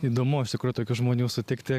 įdomu iš tikrųjų tokių žmonių sutikti